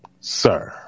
Sir